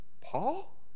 Paul